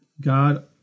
God